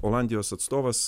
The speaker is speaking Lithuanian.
olandijos atstovas